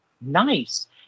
Nice